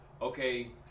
Okay